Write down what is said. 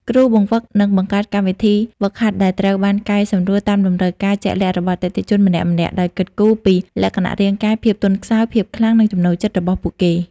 គ្រូបង្វឹកនឹងបង្កើតកម្មវិធីហ្វឹកហាត់ដែលត្រូវបានកែសម្រួលតាមតម្រូវការជាក់លាក់របស់អតិថិជនម្នាក់ៗ ដោយគិតគូរពីលក្ខណៈរាងកាយ ភាពទន់ខ្សោយ ភាពខ្លាំង និងចំណូលចិត្តរបស់ពួកគេ។